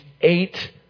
eight